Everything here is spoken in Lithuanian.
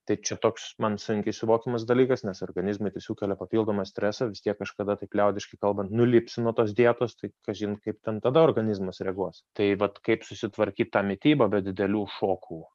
tai čia toks man sunkiai suvokiamas dalykas nes organizmui sukelia papildomą stresą vis tiek kažkada taip liaudiškai kalbant nulipsi nuo tos dietos tai kažin kaip ten tada organizmas reaguos tai vat kaip susitvarkyt tą mitybą be didelių šokų